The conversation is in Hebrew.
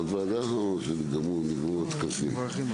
בבקשה.